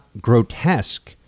grotesque